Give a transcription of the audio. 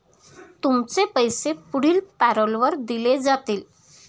तुमचे पैसे पुढील पॅरोलवर दिले जातील